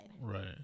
Right